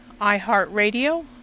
iHeartRadio